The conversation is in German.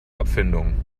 abfindung